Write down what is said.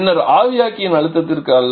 பின்னர் ஆவியாக்கி அழுத்தத்திற்கு அல்ல